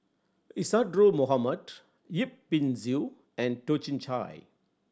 Isadhora Mohamed Yip Pin Xiu and Toh Chin Chye